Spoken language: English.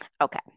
okay